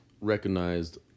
recognized